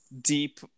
deep